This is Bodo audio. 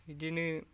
बिदिनो